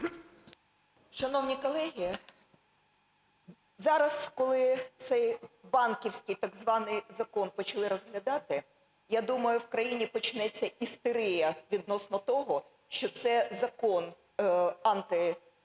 Шановні колеги, зараз, коли цей банківський так званий закон почали розглядали, я думаю, в країні почнеться істерія відносно того, що це закон анти "ПриватБанк",